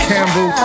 Campbell